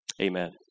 amen